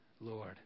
Lord